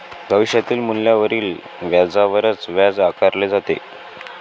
भविष्यातील मूल्यावरील व्याजावरच व्याज आकारले जाते